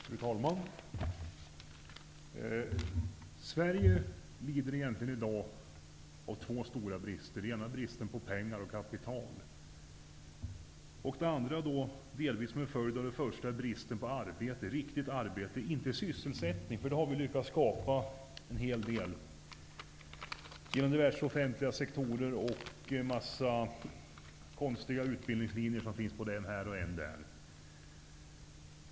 Fru talman! Sverige lider i dag egentligen av två stora brister. Den ena är bristen på pengar och kapital. Den andra är, delvis som en följd av den första, bristen på riktigt arbete, inte sysselsättning. Sysselsättning har vi nämligen lyckats skapa en hel del genom diverse offentliga sektorer och genom en mängd konstiga utbildningslinjer som finns en här och en där.